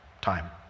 time